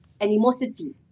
animosity